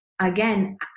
again